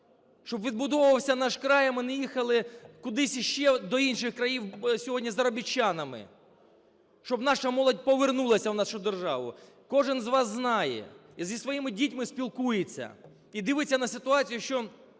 щоб відбудовувався наш край, ми не їхали кудись ще до інших країн сьогодні заробітчанами, щоб наша молодь повернулася в нашу державу. Кожен з вас знає і зі своїми дітьми спілкується, і дивиться на ситуацію, що